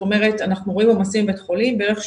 זאת אומרת אנחנו רואים עומסים בבתי חולים בערך שבועיים,